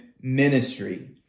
ministry